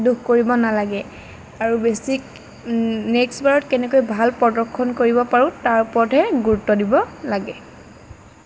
দুখ কৰিব নেলাগে আৰু বেছি নেক্সট বাৰত কেনেকৈ ভাল প্ৰদৰ্শন কৰিব পাৰোঁ তাৰ ওপৰতহে গুৰুত্ব দিব লাগে